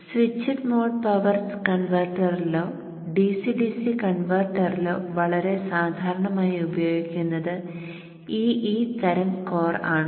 switched mode power കൺവെർട്ടറിലോ DC DC കൺവെർട്ടറിലോ വളരെ സാധാരണമായി ഉപയോഗിക്കുന്നത് E E തരം കോർ ആണ്